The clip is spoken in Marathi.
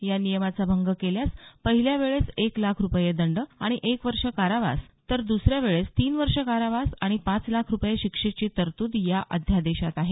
या नियमाचा भंग केल्यास पहिल्या वेळेस एक लाख रुपये दंड आणि एक वर्ष कारावास तर दसऱ्या वेळेत तीन वर्ष कारावास आणि पाच लाख रुपये शिक्षेची तरतूद या अध्यादेशात आहे